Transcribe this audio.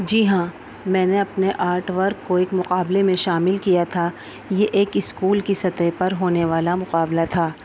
جی ہاں میں نے اپنے آرٹ ورک کو ایک مقابلے میں شامل کیا تھا یہ ایک اسکول کی سطح پر ہونے والا مقابلہ تھا